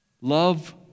love